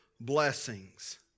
blessings